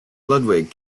ludwig